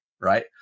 right